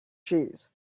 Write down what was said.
cheese